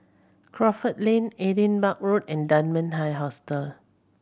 Crawford Lane Edinburgh Road and Dunman High Hostel